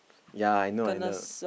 yea I know I know